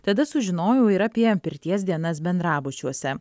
tada sužinojau ir apie pirties dienas bendrabučiuose